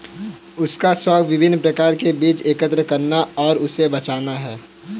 उसका शौक विभिन्न प्रकार के बीज एकत्र करना और उसे बचाना है